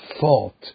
thought